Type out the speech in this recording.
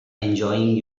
enjoying